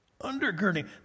undergirding